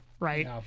right